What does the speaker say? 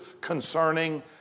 concerning